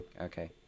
Okay